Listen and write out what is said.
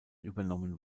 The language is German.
übernommen